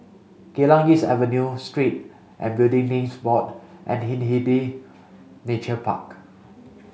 Geylang East Avenue Street and Building Names Board and Hindhede Nature Park